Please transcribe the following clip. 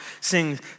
sings